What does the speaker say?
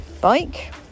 bike